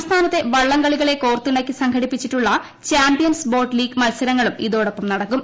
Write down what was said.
സംസ്ഥാനത്തെ വള്ളംകളികളെ കോർത്തിണക്കി സംഘടിപ്പിച്ചിട്ടുള്ള ചാമ്പ്യൻസ് ബോട്ട് ലീഗ് മത്സരങ്ങളും ഇതോടൊപ്പം നടക്കും